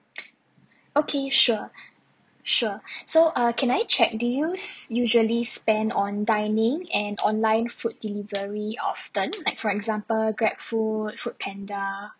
okay sure sure so uh can I check do you s~ usually spend on dining and online food delivery often like for example grabfood foodpanda